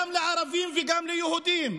גם לערבים וגם ליהודים,